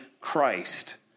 Christ